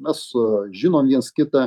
mes žinom viens kitą